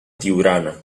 tiurana